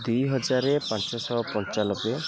ଦୁଇ ହଜାର ପାଞ୍ଚଶହ ପଞ୍ଚାଲବେ